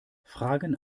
fragen